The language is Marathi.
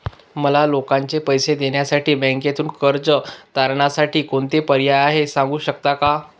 मला लोकांचे पैसे देण्यासाठी बँकेतून कर्ज तारणसाठी कोणता पर्याय आहे? सांगू शकता का?